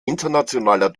internationaler